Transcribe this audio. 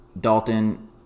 Dalton